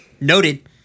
Noted